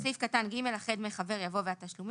(ג)(בסעיף קטן (ג) אחרי "דמי החבר" יבוא